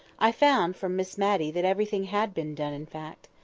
i found, from miss matty, that everything had been done, in fact.